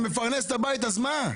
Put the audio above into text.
ומפרנס את הבית, אז מה?